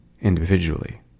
individually